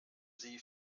sie